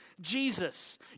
Jesus